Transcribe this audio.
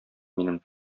минем